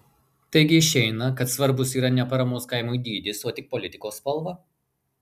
taigi išeina kad svarbus yra ne paramos kaimui dydis o tik politikos spalva